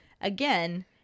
Again